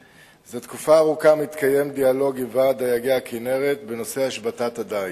1. תקופה ארוכה מתקיים דיאלוג עם ועד דייגי הכינרת בנושא השבתת הדיג.